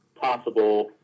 possible